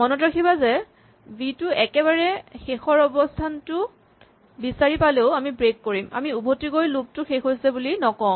মনত ৰাখিবা যে ভি টো একেবাৰে শেষৰ অৱস্হানটোত বিচাৰি পালেও আমি ব্ৰেক কৰিম আমি উভতি গৈ লুপ টো শেষ হৈছে বুলি নকওঁ